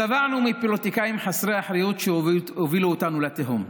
שבענו מפוליטיקאים חסרי אחריות שהובילו אותנו לתהום.